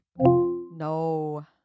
No